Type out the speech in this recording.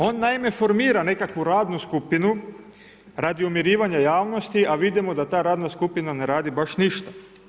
On naime formira nekakvu radnu skupinu radi umirivanja javnosti a vidimo da ta radna skupina ne radi baš ništa.